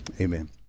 Amen